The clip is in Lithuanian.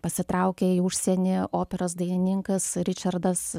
pasitraukė į užsienį operos dainininkas ričardas